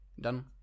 Done